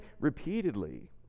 repeatedly